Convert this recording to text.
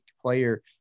player